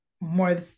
more